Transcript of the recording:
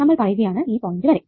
നമ്മൾ പറയുകയാണ് ഈ പോയിന്റ് വരെ